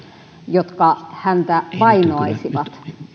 jotka häntä vainoaisivat